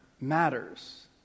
matters